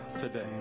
today